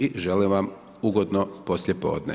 I želim vam ugodno poslijepodne.